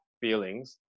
feelings